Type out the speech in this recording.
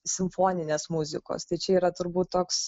simfoninės muzikos tai čia yra turbūt toks